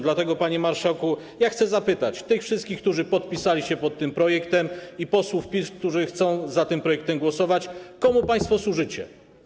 Dlatego, panie marszałku, chcę zapytać tych wszystkich, którzy podpisali się pod tym projektem, i posłów PiS, którzy chcą za tym projektem głosować, komu państwo służycie.